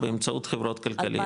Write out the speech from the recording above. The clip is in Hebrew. באמצעות חברות כלכליות.